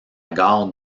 gare